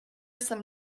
some